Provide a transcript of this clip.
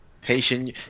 patient